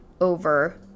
over